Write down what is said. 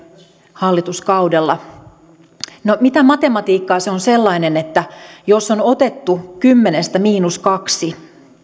hallituskaudella no mitä matematiikkaa se on sellainen että jos on otettu kymmenestä miinus kaksi